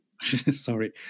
Sorry